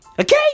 Okay